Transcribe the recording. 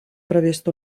previst